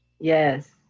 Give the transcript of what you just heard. Yes